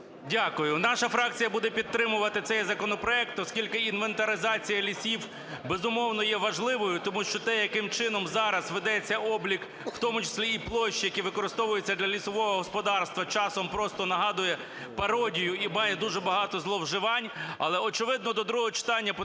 Дякую. Наша фракція буде підтримувати цей законопроект, оскільки інвентаризація лісів, безумовно, є важливою, тому що те, яке чином зараз ведеться облік, в тому числі і площі, які використовуються для лісового господарства, часом просто нагадує пародію і має дуже багато зловживань.